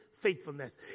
faithfulness